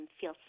feel